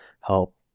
help